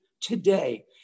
today